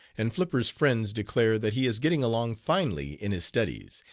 and flipper's friends declare that he is getting along finely in his studies,